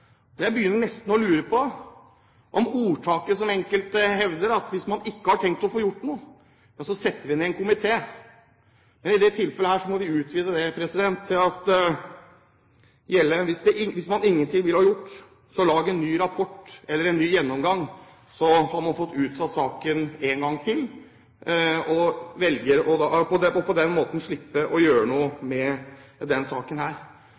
Jeg begynner nesten å lure på ordtaket om – som enkelte hevder – at hvis man ikke har tenkt å få gjort noe, så setter man ned en komité. I dette tilfellet må vi utvide det til at hvis man ingenting vil ha gjort, kan man lage en ny rapport eller ta en ny gjennomgang, og så har man fått utsatt saken en gang til, for på den måten å slippe å gjøre noe med denne saken.